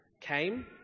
came